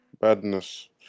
Badness